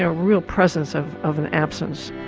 ah real presence of of an absence.